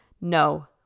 No